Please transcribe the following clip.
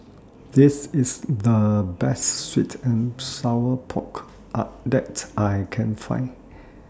This IS The Best Sweet and Sour Pork that I Can Find